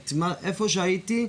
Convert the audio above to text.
את איפה שהייתי,